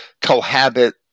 cohabit